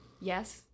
yes